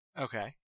Okay